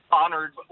honored